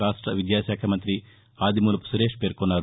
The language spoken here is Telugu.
రాష్ట విద్యాశాఖ మంగ్రతి ఆదిమూలపు సురేష్ పేర్కొనారు